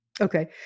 Okay